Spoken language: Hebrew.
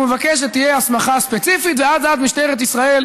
והוא מבקש שתהיה הסמכה ספציפית ועד אז משטרת ישראל